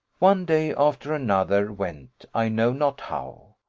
one day after another went i know not how.